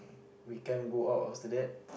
we can't go out after that